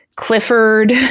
Clifford